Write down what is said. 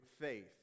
faith